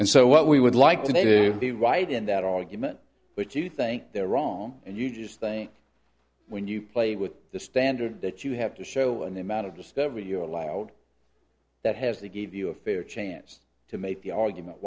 and so what we would like to be right in that argument but you think they're wrong and you just think when you play with the standard that you have to show and the amount of discovery you're allowed that has to give you a fair chance to make the argument